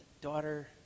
daughter